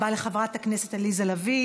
תודה רבה לחברת הכנסת עליזה לביא.